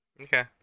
Okay